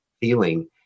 feeling